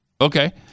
Okay